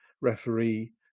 referee